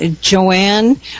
Joanne